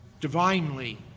divinely